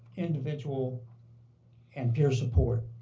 individual and peer support.